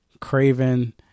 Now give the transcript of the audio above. Craven